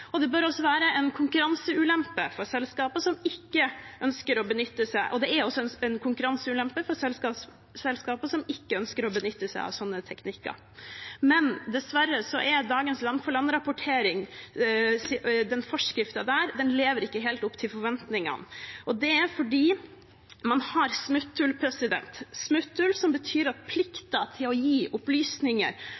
og det bør også være – og er – en konkurranseulempe for selskaper som ikke ønsker å benytte seg av slike teknikker. Dessverre lever ikke forskriften til dagens land-for-land-rapportering helt opp til forventningene. Det er fordi man har smutthull – smutthull som betyr at plikten til å gi opplysninger bare gjelder de landene der selskapet betaler til myndighetene mer enn 800 000 kr. Men i skatteparadis betaler man